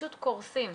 קורסים.